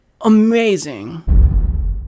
amazing